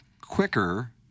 quicker